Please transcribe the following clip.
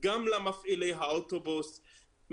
גם למפעילי האוטובוס,